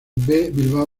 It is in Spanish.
bilbao